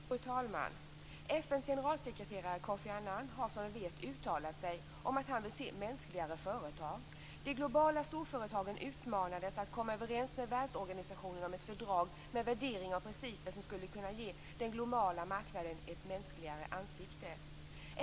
Fru talman! FN:s generalsekreterare Kofi Annan har som vi vet uttalat sig om att han vill se mänskligare företag. De globala storföretagen utmanades att komma överens med världsorganisationen om ett fördrag med värdering av principer som skulle kunna ge den globala marknaden ett mänskligare ansikte.